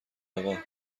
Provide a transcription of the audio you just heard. آقا